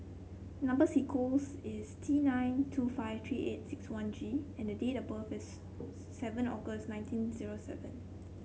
number sequence is T nine two five three eight six one G and date of birth is seven August nineteen zero seven